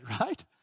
right